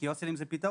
כי הוסטלים זה פתרון,